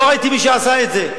לא ראיתי מי שעשה את זה.